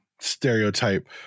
stereotype